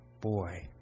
boy